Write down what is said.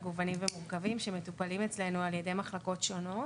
מגוונים ומורכבים שמטופלים אצלנו על ידי מחלקות שונות.